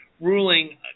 ruling